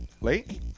Late